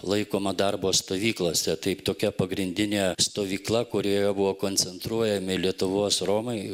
laikoma darbo stovyklose taip tokia pagrindinė stovykla kurioje buvo koncentruojami lietuvos romai